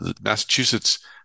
Massachusetts